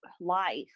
life